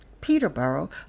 Peterborough